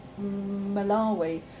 Malawi